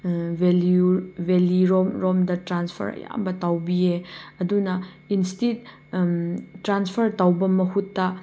ꯚꯦꯜꯂꯤꯔꯣꯝ ꯔꯣꯝꯗ ꯇ꯭ꯔꯥꯟꯁꯐꯔ ꯑꯌꯥꯝꯕ ꯇꯧꯕꯤꯌꯦ ꯑꯗꯨꯅ ꯏꯟꯁꯇꯤꯠ ꯇ꯭ꯔꯥꯟꯁꯐꯔ ꯇꯧꯕ ꯃꯍꯨꯠꯇ